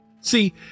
See